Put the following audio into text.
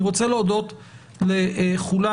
אני רוצה להודות לכולם,